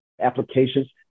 applications